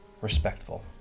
respectful